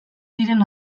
ziren